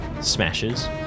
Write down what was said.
smashes